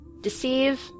deceive